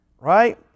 Right